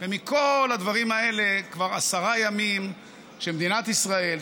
ומכל הדברים האלה כבר 10 ימים שמדינת ישראל,